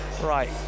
Right